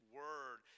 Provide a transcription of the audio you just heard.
word